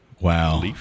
Wow